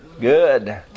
good